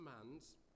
commands